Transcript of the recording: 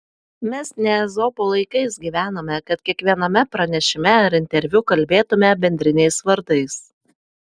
mes ne ezopo laikais gyvename kad kiekviename pranešime ar interviu kalbėtume bendriniais vardais